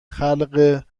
خلق